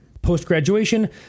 Post-graduation